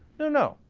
no, no.